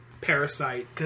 Parasite